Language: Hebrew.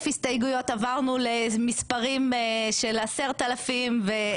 הסתייגויות עברנו למספרים של 10,000 ומעלה.